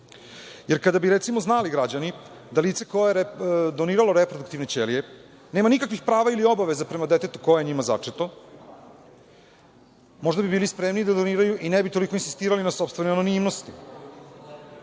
Jer, kada bi recimo znali građani da lice koje je doniralo reproduktivne ćelije nema nikakvog prava ili obavezu prema detetu koje je njima začeto, možda bi bili spremniji da doniraju i ne bi toliko insistirali na sopstvenoj anonimnosti.